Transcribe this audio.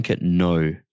no